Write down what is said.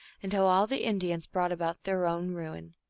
and how all the indians brought about their own ruin.